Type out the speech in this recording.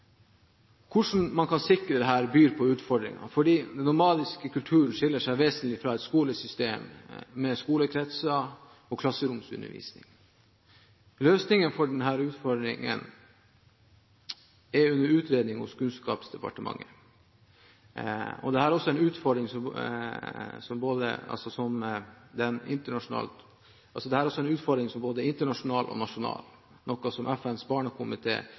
Hvordan man kan sikre dette, byr på utfordringer fordi den nomadiske kulturen skiller seg vesentlig fra et skolesystem med skolekretser og klasseromsundervisning. Løsningen for denne utfordringen er under utredning hos Kunnskapsdepartementet. Dette er en utfordring som er både internasjonal og nasjonal, noe som FNs barnekomité hadde i en merknad til Norges andre rapport om oppfølgingen av barnekonvensjonen som gjaldt romer spesielt. Det er